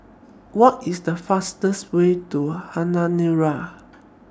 What IS The fastest Way to Honiara